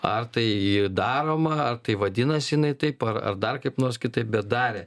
ar tai daroma ar tai vadinasi jinai taip ar ar dar kaip nors kitaip bet darė